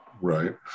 Right